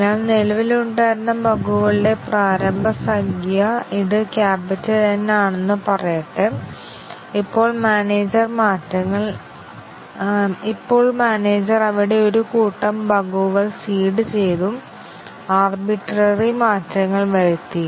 അതിനാൽ നിലവിലുണ്ടായിരുന്ന ബഗുകളുടെ പ്രാരംഭ സംഖ്യ ഇത് ക്യാപിറ്റൽ N ആണെന്ന് പറയട്ടെ ഇപ്പോൾ മാനേജർ അവിടെ ഒരു കൂട്ടം ബഗുകൾ സീഡ് ചെയ്തു അർബിട്രറി മാറ്റങ്ങൾ വരുത്തി